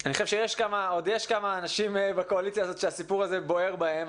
אני חושב שיש עוד כמה אנשים בקואליציה הזאת שהסיפור הזה בוער בהם.